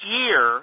year